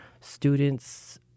students